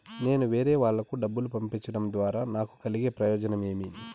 నేను వేరేవాళ్లకు డబ్బులు పంపించడం ద్వారా నాకు కలిగే ప్రయోజనం ఏమి?